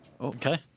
Okay